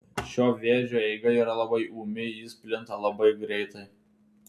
šio vėžio eiga yra labai ūmi jis plinta labai greitai